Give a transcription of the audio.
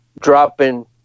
dropping